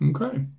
Okay